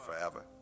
forever